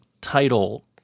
title